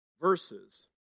verses